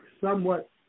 somewhat